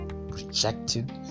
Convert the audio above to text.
rejected